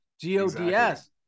G-O-D-S